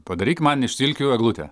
padaryk man iš silkių eglutę